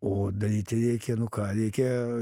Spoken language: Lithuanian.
o daryti reikia nu ką reikia